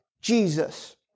Jesus